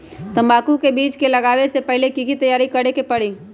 तंबाकू के बीज के लगाबे से पहिले के की तैयारी करे के परी?